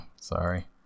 sorry